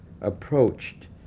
approached